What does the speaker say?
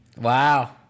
Wow